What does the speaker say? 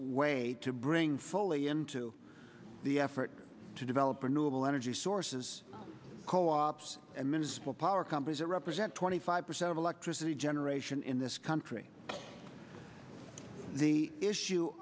way to bring fully into the effort to develop a new level energy sources co ops and minutes for power companies that represent twenty five percent of electricity generation in this country the issue